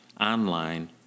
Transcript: online